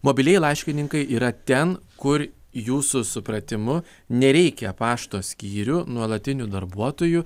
mobilieji laiškininkai yra ten kur jūsų supratimu nereikia pašto skyrių nuolatinių darbuotojų